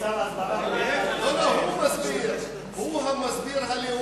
הוא המסביר הלאומי.